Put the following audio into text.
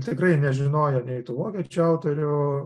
tikrai nežinojo nei tų vokiečių autorių